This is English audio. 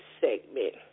segment